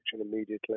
immediately